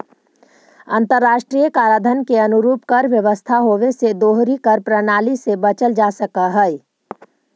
अंतर्राष्ट्रीय कराधान के अनुरूप कर व्यवस्था होवे से दोहरी कर प्रणाली से बचल जा सकऽ हई